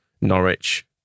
Norwich